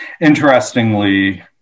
Interestingly